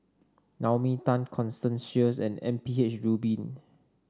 Naomi Tan Constance Sheares and M P H Rubin